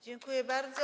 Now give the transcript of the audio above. Dziękuję bardzo.